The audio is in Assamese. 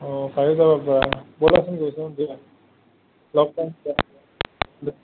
অঁ তালৈ যাব পাৰা ব'লাচোন গৈ চাওঁ ব'লা লগ পাম